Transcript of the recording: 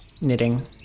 knitting